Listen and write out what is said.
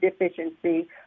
deficiency